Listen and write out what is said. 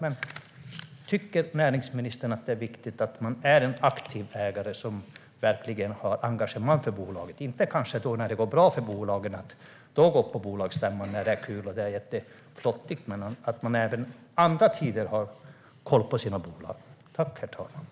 Men jag vill fråga: Tycker näringsministern att det är viktigt att man är en aktiv ägare som verkligen har engagemang för bolagen och inte bara går på bolagsstämma när det går bra för bolagen och det är kul utan också har koll på sina bolag i andra tider?